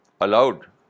allowed